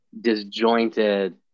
disjointed